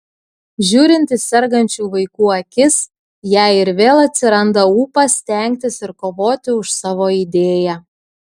žiūrint į sergančių vaikų akis jai ir vėl atsiranda ūpas stengtis ir kovoti už savo idėją